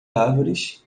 árvores